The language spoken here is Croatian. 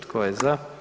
Tko je za?